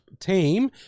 team